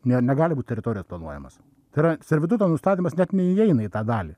ne negali būt teritorijos planuojamos tai yra servituto nustatymas net neįeina į tą dalį